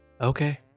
Okay।